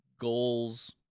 goals